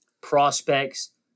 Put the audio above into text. prospects